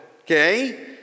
okay